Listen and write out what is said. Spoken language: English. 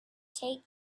take